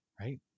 right